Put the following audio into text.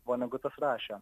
vonegutas rašė